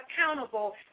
accountable